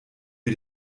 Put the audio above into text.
wir